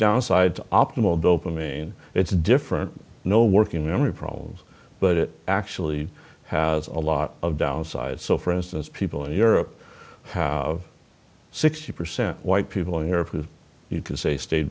downside to optimal dope i mean it's different no working memory problems but it actually has a lot of downside so for instance people in europe how sixty percent white people in europe with you can say stay